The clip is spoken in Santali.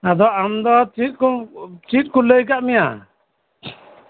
ᱟᱫᱚ ᱟᱢ ᱫᱚ ᱪᱤᱛ ᱠᱚ ᱞᱟᱹᱭ ᱠᱟᱜ ᱢᱮᱭᱟ